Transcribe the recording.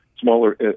smaller